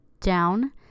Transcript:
Down